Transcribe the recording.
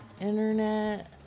Internet